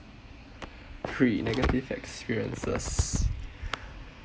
three negative experiences